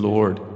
Lord